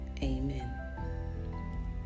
amen